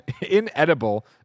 inedible